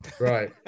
Right